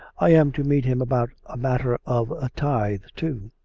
i am to meet him about a matter of a tithe too!